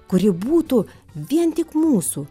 kuri būtų vien tik mūsų